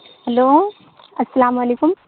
hello السلام علیکم